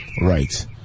Right